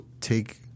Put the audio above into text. take